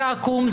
זה עקום,